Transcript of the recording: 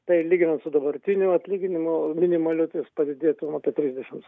tai lyginant su dabartiniu atlyginimu minimaliu tai jis padidėtum apie trisdešims